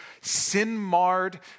sin-marred